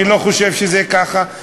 אני לא חושב שזה ככה.